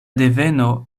deveno